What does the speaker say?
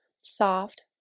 soft